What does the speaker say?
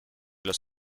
los